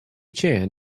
chan